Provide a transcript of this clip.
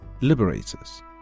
liberators